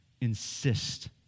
insist